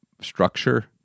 structure